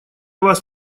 вас